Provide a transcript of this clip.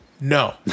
No